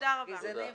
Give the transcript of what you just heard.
תודה רבה.